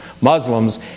Muslims